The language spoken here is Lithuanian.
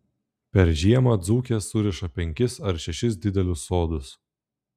per žiemą dzūkės suriša penkis ar šešis didelius sodus